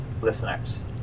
listeners